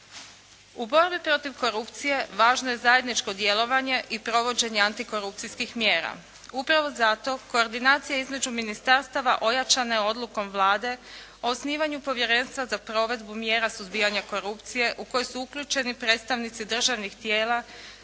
U borbi protiv korupcije važno je zajedničko djelovanje i provođenje antikorupcijskih mjera. Upravo zato koordinacija između ministarstava ojačana je odlukom Vlade o osnivanju Povjerenstva za provedbu mjera suzbijanja korupcije u koje su uključeni predstavnici državnih tijela